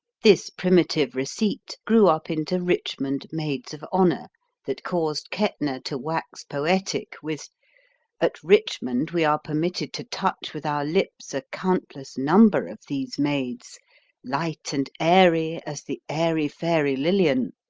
this primitive receipt grew up into richmond maids of honor that caused kettner to wax poetic with at richmond we are permitted to touch with our lips a countless number of these maids light and airy as the airy, fairy lilian.